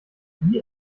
wie